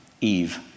Eve